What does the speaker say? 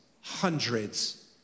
hundreds